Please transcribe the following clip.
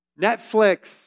Netflix